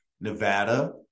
Nevada